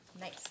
Nice